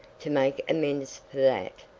to make amends for that,